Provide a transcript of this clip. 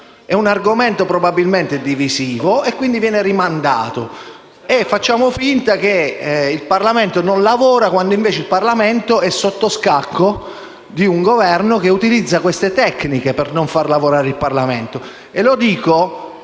un argomento probabilmente divisivo e quindi viene rimandato: facciamo finta che il Parlamento non lavori quando invece il Parlamento è messo sotto scacco da un Governo che utilizza queste tecniche per non farlo lavorare. Lo dico